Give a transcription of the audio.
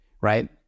right